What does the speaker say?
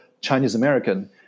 Chinese-American